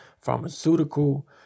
Pharmaceutical